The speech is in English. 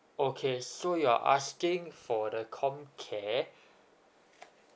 okay so you're asking for the comcare